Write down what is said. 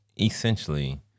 essentially